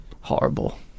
Horrible